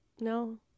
no